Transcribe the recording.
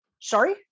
Sorry